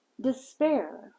despair